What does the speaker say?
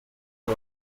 der